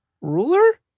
Ruler